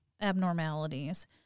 abnormalities